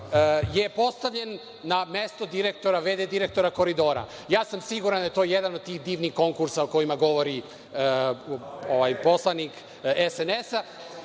je postavljen na mesto v.d. direktora Koridora. Ja sam siguran da je to jedan od tih divnih konkursa o kojima govori poslanik SNS.